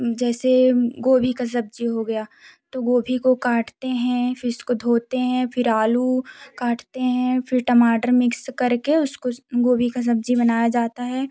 जैसे गोभी का सब्ज़ी हो गया तो गोभी को काटते हैं फि उसको धोते हैं फिर आलू काटते हैं फिर टमाटर मिक्स करके उसके उसको उस गोभी का सब्ज़ी बनाया जाता है